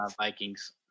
Vikings